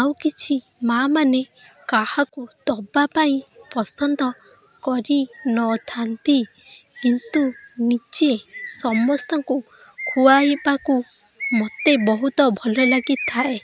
ଆଉ କିଛି ମାଁ ମାନେ କାହାକୁ ଦବା ପାଇଁ ପସନ୍ଦ କରିନଥାନ୍ତି କିନ୍ତୁ ନିଜେ ସମସ୍ତଙ୍କୁ ଖୁଆଇବାକୁ ମୋତେ ବହୁତ ଭଲ ଲାଗିଥାଏ